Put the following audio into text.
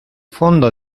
fondo